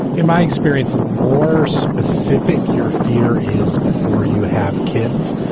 in my experience, the more specific your fear is before you have kids,